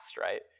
right